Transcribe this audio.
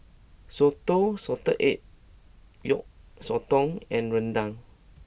Soto Salted Egg Yolk Sotong and Rendang